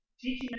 teaching